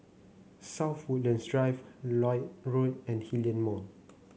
South Woodlands Drive Lloyd Road and Hillion Mall